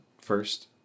first